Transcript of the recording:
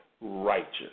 righteous